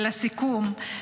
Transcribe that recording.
לסיכום,